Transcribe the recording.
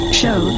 show